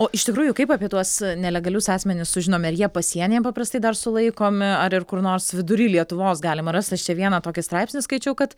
o iš tikrųjų kaip apie tuos nelegalius asmenis sužinome ar jie pasienyje paprastai dar sulaikomi ar ir kur nors vidury lietuvos galim rast aš čia vieną tokį straipsnį skaičiau kad